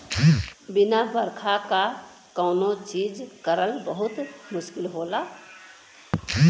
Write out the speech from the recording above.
बिना बरखा क कौनो चीज करल बहुत मुस्किल होला